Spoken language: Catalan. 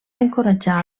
encoratjar